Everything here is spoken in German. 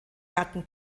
gatten